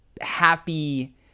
happy